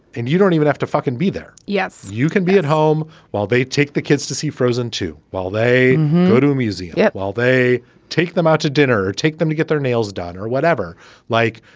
and you don't even have to fucking be there. yes, you can be at home while they take the kids to see frozen too. while they you know do music, yeah while they take them out to dinner or take them to get their nails done or whatever like.